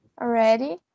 already